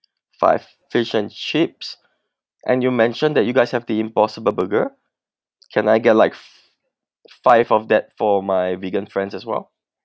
five fish and chips and you mentioned that you guys have the impossible burger can I get like five of that for my vegan friends as well